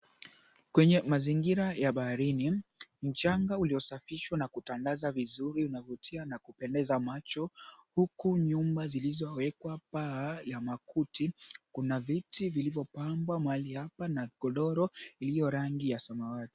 Kwenye mazingira ya baharini mchanga uliosatishwa na kutandazwa vizuri unavutia na kupendeza macho huku nyumba zilizowekwa paa ya makuti, kuna viti vilivyopangwa mahali hapa na godoro iliyo rangi ya samawati.